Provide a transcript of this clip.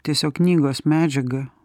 tiesiog knygos medžiaga